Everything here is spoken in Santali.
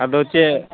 ᱟᱫᱚ ᱪᱮᱫ